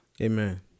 Amen